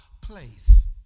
place